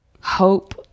hope